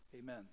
Amen